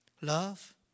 Love